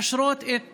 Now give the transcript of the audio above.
מאשרות את החלופות.